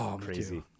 crazy